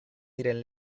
diren